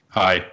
hi